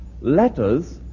letters